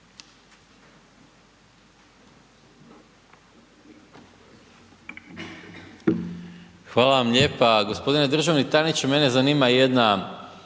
Hvala lijepa. Gospodine državni tajniče, evo ja